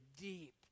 deep